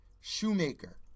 Shoemaker